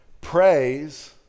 Praise